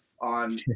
on